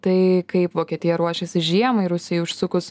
tai kaip vokietija ruošiasi žiemai rusijai užsukus